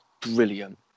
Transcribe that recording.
brilliant